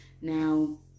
now